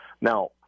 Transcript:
now